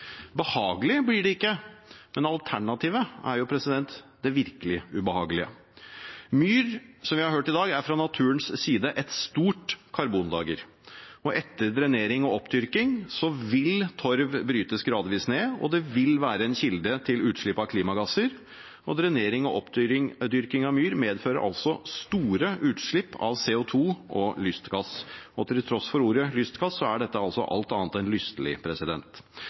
Behagelig blir det ikke, men alternativet er det virkelig ubehagelige. Myr er, som vi har hørt i dag, fra naturens side et stort karbonlager. Etter drenering og oppdyrking vil torv brytes gradvis ned, og det vil være en kilde til utslipp av klimagasser. Drenering og oppdyrking av myr medfører altså store utslipp av CO2 og av lystgass. Og til tross for ordet «lystgass» er dette alt annet enn lystelig.